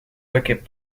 wicket